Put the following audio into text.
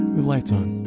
with lights on.